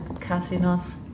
casinos